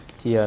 Thì